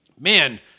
man